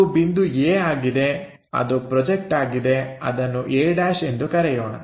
ಅದು ಬಿಂದು A ಆಗಿದೆ ಅದು ಪ್ರೊಜೆಕ್ಟ್ ಆಗಿದೆ ಅದನ್ನು a' ಎಂದು ಕರೆಯೋಣ